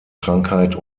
krankheit